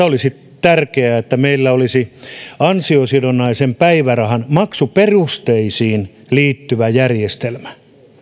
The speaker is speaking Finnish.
olisi tärkeää että meillä olisi ansiosidonnaisen päivärahan maksuperusteisiin liittyvä järjestelmä